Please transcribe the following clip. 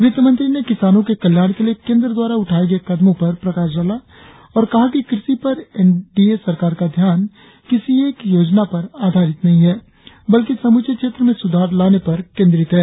वित्तमंत्री ने किसानों के कल्याण के लिए केंद्र द्वारा उठाये गये कदमों पर प्रकाश डाला और कहा कि कृषि पर एनडीए सरकार का ध्यान किसी एक योजना पर आधारित नहीं है बल्कि समूचे क्षेत्र में सुधार लाने पर केंद्रित है